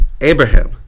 Abraham